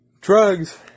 drugs